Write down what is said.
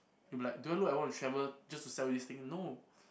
you'll be like do I look like I wanna travel just to sell you this thing no